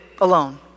alone